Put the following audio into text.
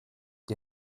die